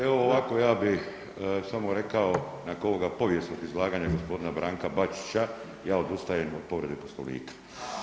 Evo ovako, ja bi samo rekao nakon ovoga povijesnog izlaganja gospodina Branka Bačića, ja odustajem od povrede Poslovnika.